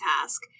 task